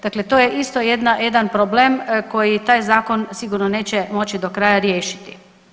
Dakle, to je isto jedan problem koji taj zakon sigurno neće moći do kraja riješiti.